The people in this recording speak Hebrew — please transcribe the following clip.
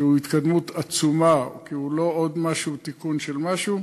שהוא התקדמות עצומה, כי הוא לא עוד תיקון של משהו,